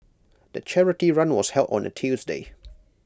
the charity run was held on A Tuesday